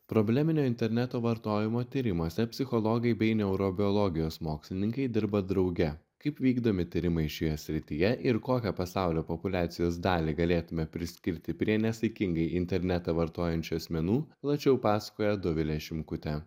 probleminio interneto vartojimo tyrimuose psichologai bei neurobiologijos mokslininkai dirba drauge kaip vykdomi tyrimai šioje srityje ir kokią pasaulio populiacijos dalį galėtume priskirti prie nesaikingai internete vartojančių asmenų plačiau pasakoja dovilė šimkutė